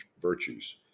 virtues